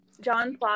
John